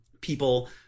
people